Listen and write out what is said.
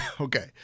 Okay